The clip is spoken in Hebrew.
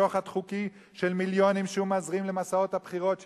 שוחד חוקי של מיליונים שהוא מזרים למסעות הבחירות שלהם.